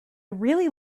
really